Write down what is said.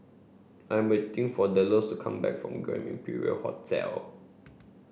I'm waiting for Delos to come back from Grand Imperial Hotel